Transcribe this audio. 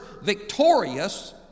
victorious